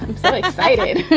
so excited.